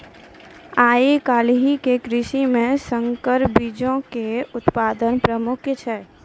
आइ काल्हि के कृषि मे संकर बीजो के उत्पादन प्रमुख छै